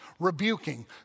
rebuking